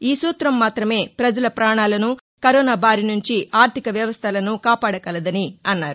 ఈ సూతం మాతమే పజల పాణాలను కరోనా బారి నుంచి ఆర్గిక వ్యవస్థలను కాపాడగలదని అన్నారు